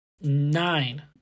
nine